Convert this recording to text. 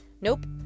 Nope